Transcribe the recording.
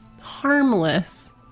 harmless